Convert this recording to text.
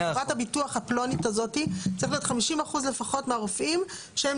בחברת הביטוח הפלונית הזאת צריך להיות 50% לפחות מהרופאים שהם